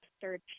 search